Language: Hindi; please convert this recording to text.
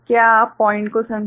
क्या आप पॉइंट को समझे